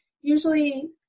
usually